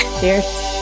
Cheers